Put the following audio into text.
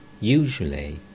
Usually